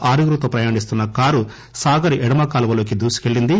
ఆరుగురితో ప్రయాణిస్తున్న కారు సాగర్ ఎడమకాల్వలోకి దూసుకెళ్లింది